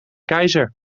keizer